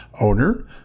owner